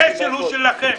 הכשל הוא שלכם.